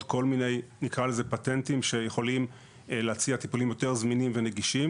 כל מיני פטנטים שיכולים להציע טיפולים יותר זמינים ונגישים,